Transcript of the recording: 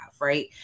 right